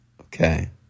okay